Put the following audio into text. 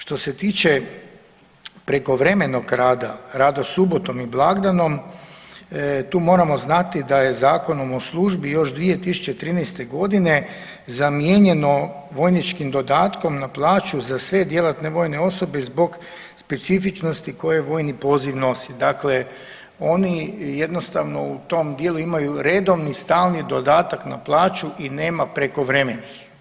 Što se tiče prekovremenog rada, rada subotom i blagdanom, tu moramo znati da je Zakonom o službi još 2013. godine zamijenjeno vojničkim dodatkom na plaću za sve djelatne vojne osobe zbog specifičnosti koje vojni poziv nosi, dakle oni jednostavno u tom djelu imaju redovni i stalni dodatak na plaću i nema prekovremenih.